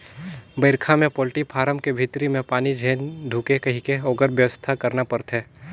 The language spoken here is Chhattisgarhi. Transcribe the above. बइरखा में पोल्टी फारम के भीतरी में पानी झेन ढुंके कहिके ओखर बेवस्था करना परथे